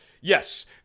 yes